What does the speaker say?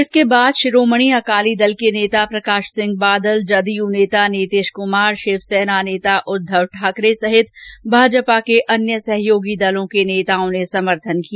इसके बाद शिरोमणि अकाली दल के नेता प्रकाश सिंह बादल जदयू नेता नितिश कुमार शिवसेना नेता उद्वव ठाकरे सहित भाजपा के अन्य सहयोगी दल के नेताओं ने समर्थन किया